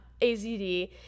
AZD